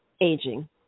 aging